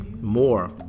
more